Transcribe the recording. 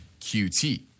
QT